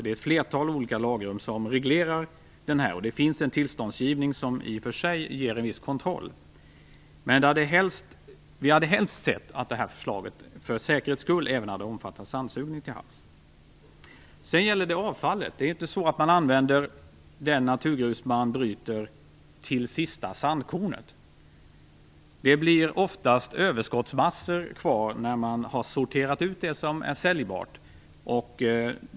Det är ett flertal olika lagrum som reglerar detta. Det finns en tillståndsgivning som i och för sig innebär en viss kontroll. Men vi hade helst sett att det här förslaget för säkerhets skull även hade omfattat sandsugning till havs. Vidare gäller det avfallet. Det är inte så att man använder det naturgrus som bryts till sista sandkornet. Det blir oftast överskottsmassor kvar när man sorterat ut det som är säljbart.